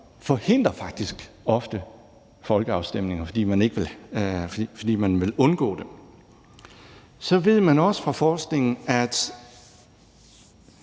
faktisk ofte folkeafstemninger, fordi man vil undgå dem. Så ved man også fra forskningen, at